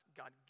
God